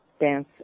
Dance